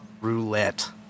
Roulette